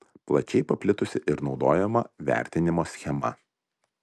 plačiai paplitusi ir naudojama vertinimo schema